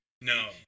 No